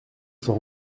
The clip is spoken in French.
fort